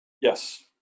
Yes